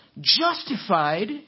justified